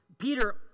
Peter